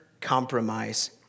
compromise